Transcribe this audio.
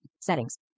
settings